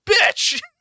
bitch